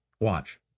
Watch